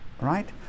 right